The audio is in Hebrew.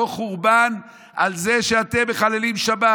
יבוא חורבן על זה שאתה מחללים שבת,